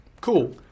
Cool